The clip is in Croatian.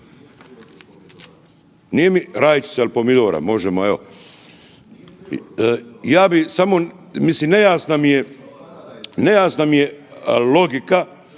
razumije/…rajčica ili pomidora, možemo evo. Ja bi samo, mislim nejasna mi je,